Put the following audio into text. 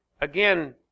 again